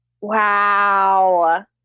wow